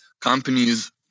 companies